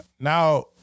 Now